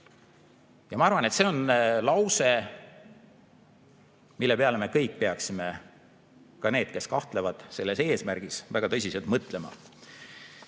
Ma arvan, et see on lause, mille peale peaksime me kõik, ka need, kes kahtlevad selle [eelnõu] eesmärgis, väga tõsiselt mõtlema.